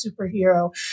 superhero